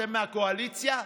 אתם מהקואליציה?